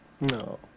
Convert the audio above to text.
no